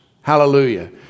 Hallelujah